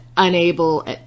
unable